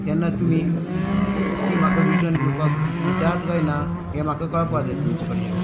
तेन्ना तुमी ती म्हाका रिटन घेवपाक दितात काय ना हें म्हाका कळपाक जाय तुमचे कडच्यान